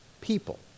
people